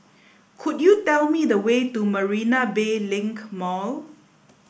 could you tell me the way to Marina Bay Link Mall